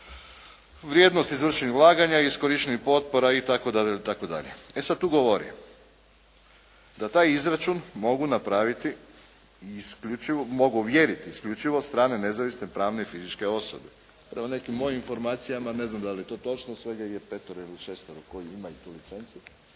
vrijednost izvršenih ulaganja i iskorištenih potpora itd., itd. E sad tu govori da taj izračun mogu napraviti, mogu ovjeriti isključivo strane nezavisne pravne i fizičke osobe. Prema nekim mojim informacijama, ne znam da li je to točno, svega ih je petero ili šestero koji imaju tu licencu.